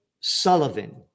Sullivan